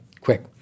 Quick